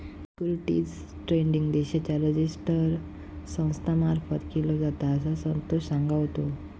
securities trading देशाच्या register संस्था मार्फत केलो जाता, असा संतोष सांगा होतो